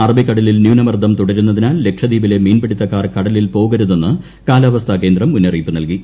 അറബിക്കടലിൽ ന്യൂനമർദ്ദം തുടരുന്നതിനാൽ ലക്ഷദ്വീപിച്ചെ മീൻപിടുത്തക്കാർ കടലിൽ പോകരുതെന്ന് കാലാവസ്ഥാ കേന്ദ്രം മുന്നറിയിപ്പ് നൽകി